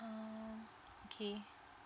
uh okay